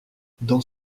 dans